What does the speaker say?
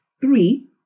Three